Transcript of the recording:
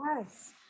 yes